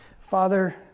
Father